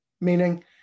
Meaning